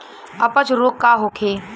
अपच रोग का होखे?